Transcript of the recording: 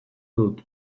dut